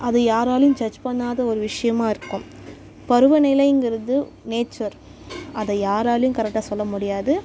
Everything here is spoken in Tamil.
அது யாராலேயும் ஜட்ஜ் பண்ணாத ஒரு விஷயமாக இருக்கும் பருவ நிலைங்கிறது நேச்சர் அதை யாராலேயும் கரெக்டாக சொல்ல முடியாது